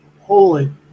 Holy